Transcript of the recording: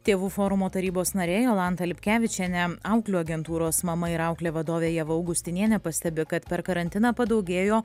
tėvų forumo tarybos narė jolanta lipkevičienė auklių agentūros mama ir auklė vadovė ieva augustinienė pastebi kad per karantiną padaugėjo